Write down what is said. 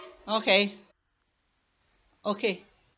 okay okay